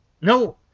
No